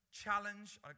challenge